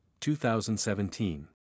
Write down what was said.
2017